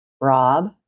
rob